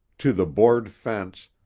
to the board fence,